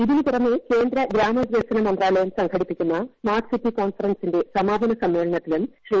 ഇതിനു പുറമെ കേന്ദ്ര ഗ്രാമവികസന മന്ത്രാലയം സംഘടിപ്പിക്കുന്ന സ്മാർട്ട്സിറ്റി കോൺഫറൻസിന്റെ സമാപന സമ്മേളനത്തിലും ശ്രീ